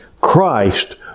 Christ